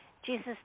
Jesus